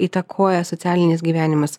įtakoja socialinis gyvenimas